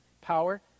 power